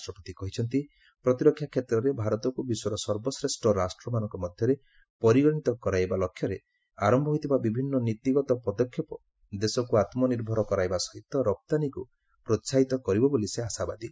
ରାଷ୍ଟ୍ରପତି କହିଛନ୍ତି ପ୍ରତିରକ୍ଷା କ୍ଷେତ୍ରରେ ଭାରତକୁ ବିଶ୍ୱର ସର୍ବଶ୍ରେଷ୍ଠ ରାଷ୍ଟ୍ରମାନଙ୍କ ମଧ୍ୟରେ ପରିଗଣିତ କରାଇବା ଲକ୍ଷ୍ୟରେ ଆରମ୍ଭ ହୋଇଥିବା ବିଭିନ୍ନ ନୀତିଗତ ପଦକ୍ଷେପ ଦେଶକୁ ଆତ୍କନିର୍ଭର କରାଇବା ସହିତ ରପ୍ତାନୀକୁ ପ୍ରୋସାହିତ କରିବ ବୋଲି ସେ ଆଶାବାଦୀ